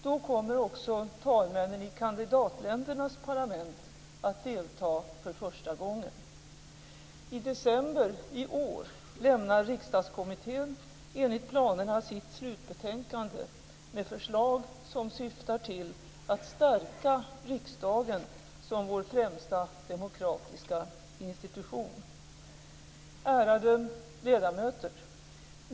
Då kommer också talmännen i kandidatländernas parlament att delta för första gången. I december i år lämnar riksdagskommittén enligt planerna sitt slutbetänkande, med förslag som syftar till att stärka riksdagen som vår främsta demokratiska institution. Ärade ledamöter!